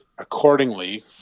accordingly